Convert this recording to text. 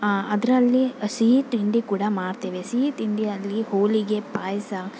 ಅದರಲ್ಲಿ ಸಿಹಿ ತಿಂಡಿ ಕೂಡ ಮಾಡ್ತೇವೆ ಸಿಹಿ ತಿಂಡಿಯಲ್ಲಿ ಹೋಳಿಗೆ ಪಾಯಸ